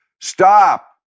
stop